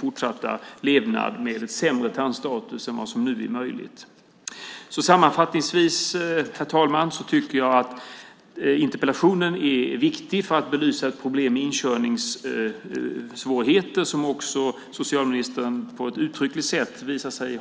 fortsatta levnad med sämre tandstatus än vad som nu är möjligt. Herr talman! Interpellationen är viktig för att belysa ett problem med inkörningssvårigheter. Socialministern har på ett uttryckligt sätt förstått detta.